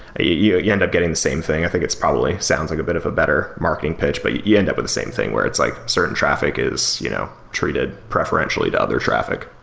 ah you you end up getting the same thing. i think it's probably sounds like a bit of a better marketing pitch, but you you end up with the same thing where it's like certain traffic is you know treated preferentially to other traffic,